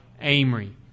Amory